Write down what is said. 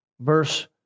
Verse